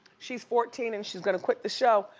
she's fourteen and she's gonna quit the show.